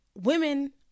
women